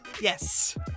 Yes